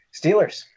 Steelers